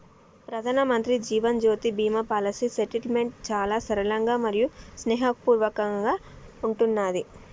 ప్రధానమంత్రి Jeevan Jyoti Bima policy settlement చాలా సరళంగా మరియు స్నేహపూర్వకంగా ఉంటున్నాది